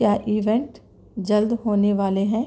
کیا ایونٹ جلد ہونے والے ہیں